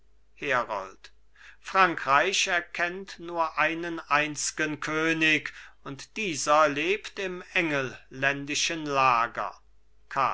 herold frankreich erkennt nur einen einzgen könig und dieser lebt im engelländischen lager